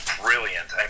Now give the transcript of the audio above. brilliant